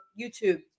YouTube